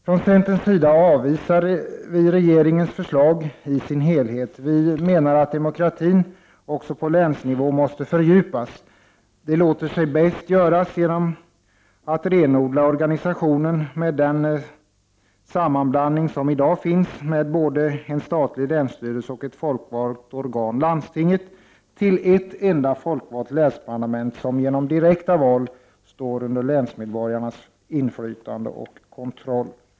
Från centerns sida avvisar vi regeringens förslag i dess helhet. Vi menar att demokratin också på länsnivå måste fördjupas. Det låter sig bäst göras genom att renodla organisationen från den sammanblandning som i dag finns med både en statlig länsstyrelse och ett folkvalt organ, landstinget, till ett enda folkvalt länsparlament, som genom direkta val står under länsmedborgarnas inflytande och kontroll.